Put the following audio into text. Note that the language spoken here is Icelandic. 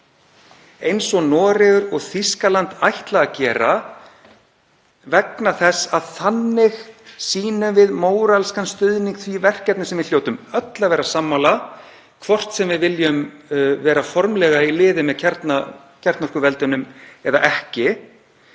eins og Noregur og Þýskaland ætla að gera vegna þess að þannig sýnum við móralskan stuðning því verkefni sem við hljótum öll að vera sammála, hvort sem við viljum vera formlega í liði með kjarnorkuveldunum eða ekki.